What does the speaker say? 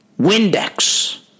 Windex